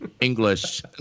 English